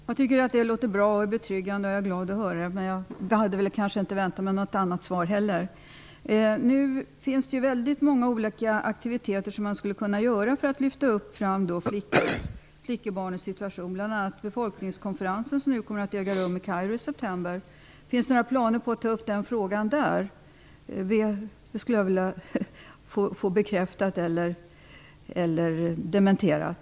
Herr talman! Det låter bra och betryggande, och jag är glad att höra det. Men jag hade väl inte heller väntat mig något annat svar. Många olika aktiviteter skulle kunna utvecklas för att lyfta fram flickebarnens situation, bl.a. den befolkningskonferens som kommer att äga rum i Kairo i september. Finns det några planer på att där ta upp denna fråga? Det vill jag ha bekräftat eller dementerat.